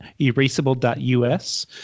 erasable.us